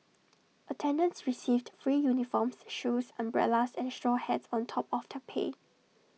attendants received free uniforms shoes umbrellas and straw hats on top of their pay